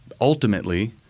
Ultimately